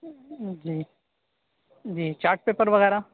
جی جی chart paper وغیرہ